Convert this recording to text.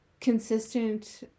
consistent